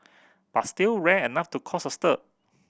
but still rare enough to cause a stir